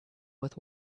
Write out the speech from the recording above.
with